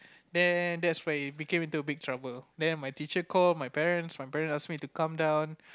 then that's where it became into a big trouble then my teacher call my parents my parents ask me to come down